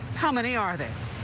how many are there?